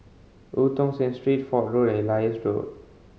Eu Tong Sen Street Fort Road and Elias Road